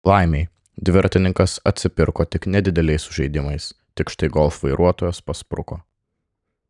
laimei dviratininkas atsipirko tik nedideliais sužeidimais tik štai golf vairuotojas paspruko